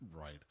right